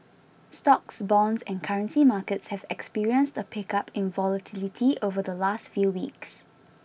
stocks bonds and currency markets have experienced a pickup in volatility over the last few weeks